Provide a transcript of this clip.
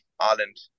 Ireland